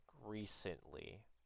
recently